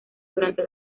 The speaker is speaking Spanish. durante